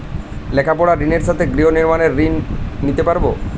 লেখাপড়ার ঋণের সাথে গৃহ নির্মাণের ঋণ নিতে পারব?